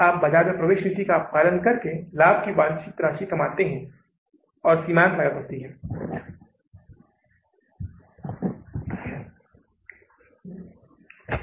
तो फिर से आपको प्रयत्न त्रुटि विधि का उपयोग करना होगा कि कुल 63470 डॉलर में से बैंक को मूल के रूप में कितना भुगतान किया जा सकता है और उस राशि में से कितना ब्याज के साथ भुगतान करने के लिए उपयोग किया जा सकता है